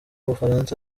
bufaransa